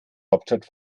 hauptstadt